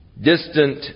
distant